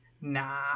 nah